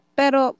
pero